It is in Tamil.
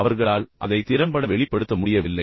அவர்களால் அதை திறம்பட வெளிப்படுத்த முடியவில்லை